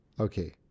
Okay